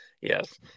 yes